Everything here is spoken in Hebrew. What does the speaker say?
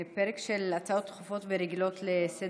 אנחנו עוברים כעת לפרק של הצעות דחופות ורגילות לסדר-היום.